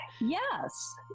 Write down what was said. Yes